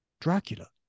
Dracula